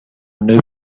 new